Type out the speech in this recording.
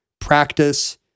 practice